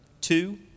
two